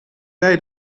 bij